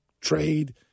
trade